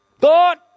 God